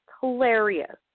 Hilarious